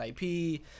IP